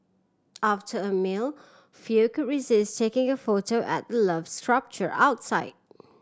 after a meal few could resist taking a photo at the Love sculpture outside